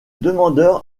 demandeur